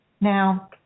now